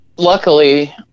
Luckily